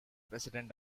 president